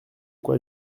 quoi